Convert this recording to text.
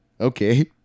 Okay